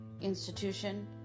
institution